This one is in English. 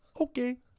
Okay